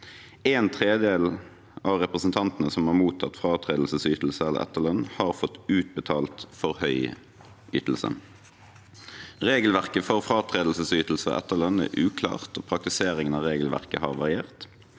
En tredel av representantene som har mottatt fratredelsesytelse eller etterlønn, har fått utbetalt for høy ytelse. – Regelverket for fratredelsesytelse og etterlønn er uklart, og praktiseringen av regelverket har variert.